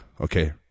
okay